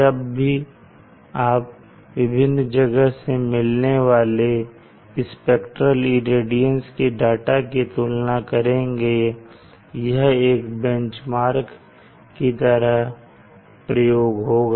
जब भी आप विभिन्न जगह से मिलने वाले स्पेक्ट्रेल इरेडियंस के डाटा की तुलना करेंगे यह एक बेंचमार्क की तरह प्रयोग होगा